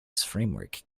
framework